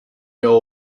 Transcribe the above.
your